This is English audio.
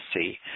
see